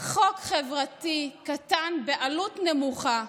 חוק חברתי קטן, בעלות נמוכה,